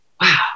Wow